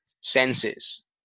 senses